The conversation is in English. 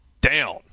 down